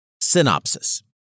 Synopsis